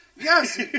yes